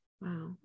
wow